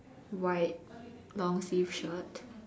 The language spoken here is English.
white long sleeve shirt